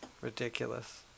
Ridiculous